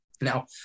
Now